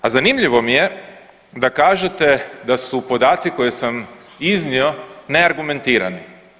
A zanimljivo mi je da kažete da su podaci koje sam iznio neargumentirani.